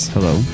Hello